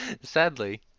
Sadly